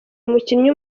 umukinnyi